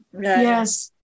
Yes